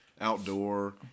outdoor